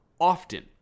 often